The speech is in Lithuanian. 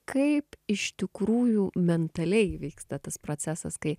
kaip iš tikrųjų mentaliai vyksta tas procesas kai